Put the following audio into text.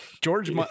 George